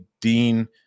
Dean